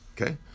Okay